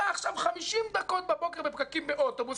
סע עכשיו 50 דקות בבוקר בפקקים באוטובוס